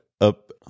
up